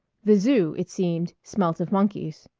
the zoo, it seemed, smelt of monkeys.